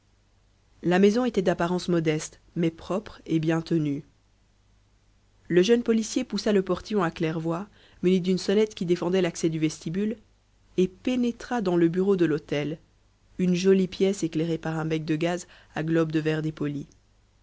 la maison était d'apparence modeste mais propre et bien tenue le jeune policier poussa le portillon à claire-voie muni d'une sonnette qui défendait l'accès du vestibule et pénétra dans le bureau de l'hôtel une jolie pièce éclairée par un bec de gaz à globe de verre dépoli